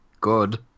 good